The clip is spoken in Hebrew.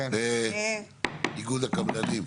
איגוד הקבלנים.